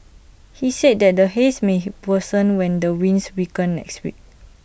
he said that the haze may worsen when the winds weaken next week